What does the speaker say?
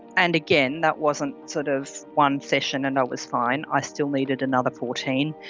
and again, that wasn't sort of one session and i was fine, i still needed another fourteen,